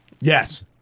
Yes